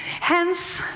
hence,